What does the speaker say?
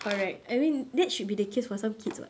correct I mean that should be the case for some kids [what]